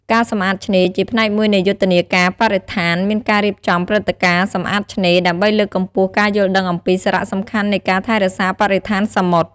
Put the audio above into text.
ការសម្អាតឆ្នេរ ជាផ្នែកមួយនៃយុទ្ធនាការបរិស្ថាន មានការរៀបចំព្រឹត្តិការណ៍សម្អាតឆ្នេរ ដើម្បីលើកកម្ពស់ការយល់ដឹងអំពីសារៈសំខាន់នៃការថែរក្សាបរិស្ថានសមុទ្រ។